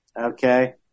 Okay